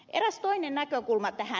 eräs toinen näkökulma tähän